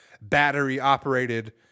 battery-operated